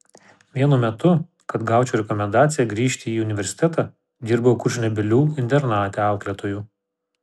vienu metu kad gaučiau rekomendaciją grįžti į universitetą dirbau kurčnebylių internate auklėtoju